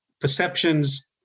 perceptions